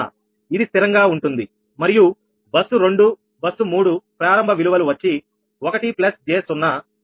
05j0 ఇది స్థిరంగా ఉంటుంది మరియు బస్సు 2 బస్సు 3 ప్రారంభ విలువలు వచ్చి 1j0 1 j 0